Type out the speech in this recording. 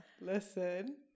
listen